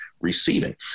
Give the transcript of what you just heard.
receiving